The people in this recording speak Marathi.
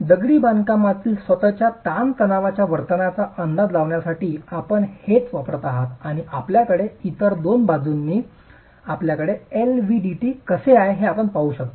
दगडी बांधकामातील स्वतःच्या ताण तणावाच्या वर्तनाचा अंदाज लावण्यासाठी आपण हेच वापरत आहात आणि आपल्याकडे इतर दोन बाजूंनी आपल्याकडे एलव्हीडीटी कसे आहे हे आपण पाहू शकता